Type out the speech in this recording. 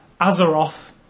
Azeroth